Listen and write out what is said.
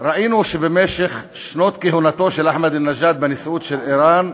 במשך שנות כהונתו של אחמדינג'אד בנשיאות של איראן,